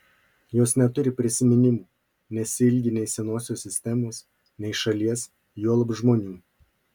jos neturi prisiminimų nesiilgi nei senosios sistemos nei šalies juolab žmonių